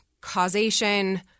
causation